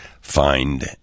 find